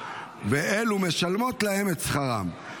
ואלו משלמות להם את שכרם.